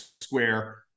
square